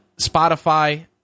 Spotify